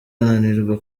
ananirwa